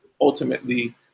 ultimately